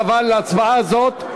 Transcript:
אבל ההצבעה הזאת,